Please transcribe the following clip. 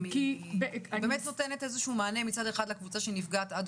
הרי היא נותנת מענה אד-הוק